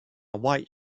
white